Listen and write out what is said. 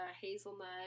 hazelnut